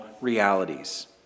realities